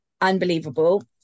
unbelievable